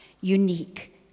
unique